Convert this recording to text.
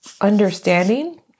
understanding